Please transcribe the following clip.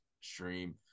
stream